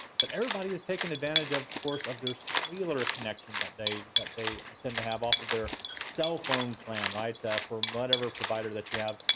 but everybody is taking advantage, of course, of their cellular connection that they that they tend to have off of their cellphone plan, right? from whatever provider that you have.